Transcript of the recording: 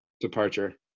departure